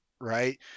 Right